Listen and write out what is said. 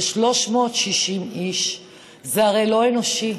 ו-360 איש זה הרי לא אנושי,